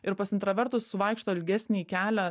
ir pas intravertus suvaikšto ilgesnį kelią